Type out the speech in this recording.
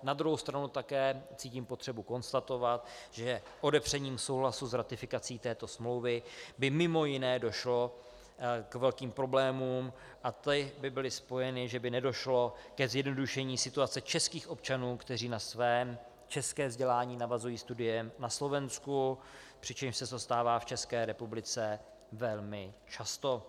Na druhou stranu také cítím potřebu konstatovat, že odepřením souhlasu s ratifikací této smlouvy by mimo jiné došlo k velkým problémům a ty by byly spojeny, že by nedošlo ke zjednodušení situace českých občanů, kteří na své české vzdělání navazují studiem na Slovensku, přičemž se to stává v České republice velmi často.